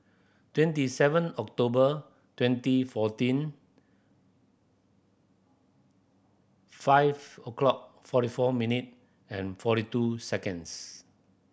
twenty seven October twenty fourteen five o'clock forty four minute and forty two seconds